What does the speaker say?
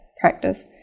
practice